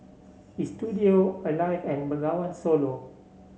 Istudio Alive and Bengawan Solo